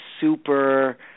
super